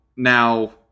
Now